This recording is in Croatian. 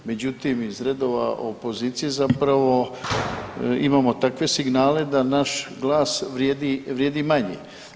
Međutim, iz redova opozicije zapravo imamo takve signale da naš glas vrijedi manje.